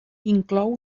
inclou